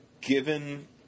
given